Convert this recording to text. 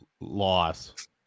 Loss